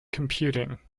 computing